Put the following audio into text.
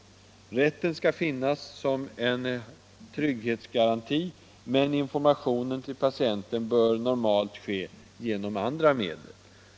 Rätten att få se dem skall finnas som en trygghetsgaranti, men informationen till patienten bör normalt ske med andra medel.